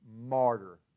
martyr